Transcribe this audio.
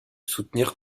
soutenir